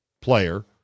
player